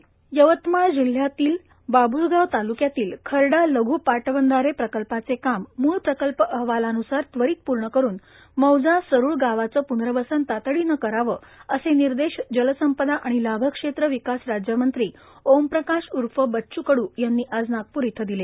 खर्डा लघ् पाटबंधारे यवतमाळ जिल्ह्यातील खर्डा लघ् पाटबंधारे प्रकल्पाचे काम मूळ प्रकल्प अहवालान्सार त्वरित पूर्ण करुन मौजा सरुळ गावाचे पूनर्वसन तातडीने करावे असे निर्र्रेश जलसंपाा आणि लाभक्षेत्र विकास राज्यमंत्री ओमप्रकाश ऊर्फ बच्च् कडू यांनी आज नागपूर इथ शिले